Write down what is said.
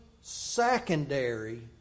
secondary